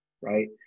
Right